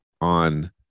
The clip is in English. on